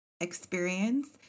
experience